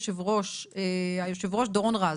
היושב ראש דורון רז.